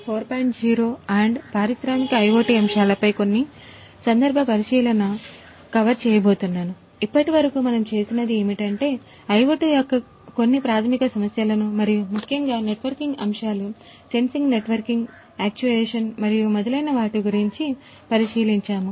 0 మరియు పారిశ్రామిక IOT అంశాలపై కొన్ని సందర్భ పరిశీలన మరియు మొదలైన వాటి గురించి పరిశీలించాము